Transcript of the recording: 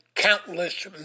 countless